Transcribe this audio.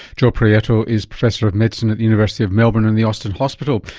joe proietto is professor of medicine at the university of melbourne and the austin hospital.